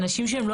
אנגליה,